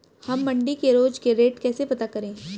हम मंडी के रोज के रेट कैसे पता करें?